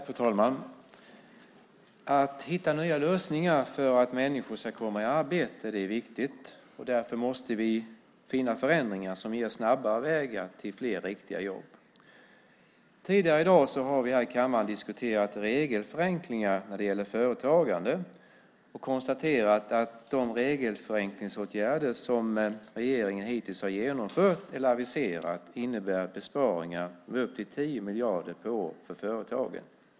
Fru talman! Att hitta nya lösningar för att människor ska komma i arbete är viktigt. Därför måste vi skapa förändringar som ger snabbare vägar till fler riktiga jobb. Tidigare i dag har vi i kammaren diskuterat regelförenklingar när det gäller företagande och konstaterat att de regelförenklingsåtgärder som regeringen hittills genomfört eller aviserat innebär besparingar med upp till 10 miljarder per år för företagen.